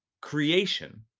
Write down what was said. Creation